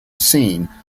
scene